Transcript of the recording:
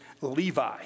Levi